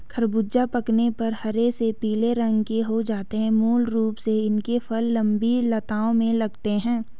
ख़रबूज़ा पकने पर हरे से पीले रंग के हो जाते है मूल रूप से इसके फल लम्बी लताओं में लगते हैं